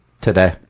today